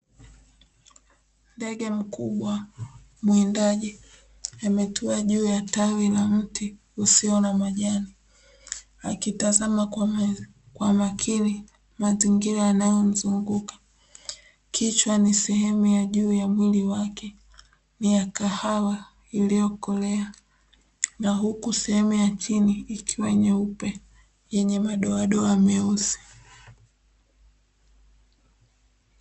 Ndege mkubwa mwindaji ametua juu ya tawi la mti usio na majani, akitazama kwa makini mazingira yanayomzunguka. Kichwa ni sehemu ya juu ya mwili wake ni ya kahawa iliyokolea na huku sehemu ya chini ikiwa nyeupe yenye madoadoa meusi.